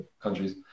countries